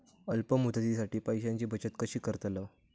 अल्प मुदतीसाठी पैशांची बचत कशी करतलव?